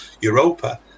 Europa